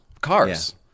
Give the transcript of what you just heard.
cars